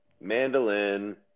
mandolin